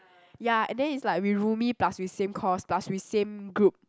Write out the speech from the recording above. ya and then it's like we roomie plus we same course plus we same group